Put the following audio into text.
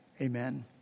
Amen